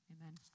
Amen